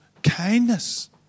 Kindness